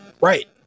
right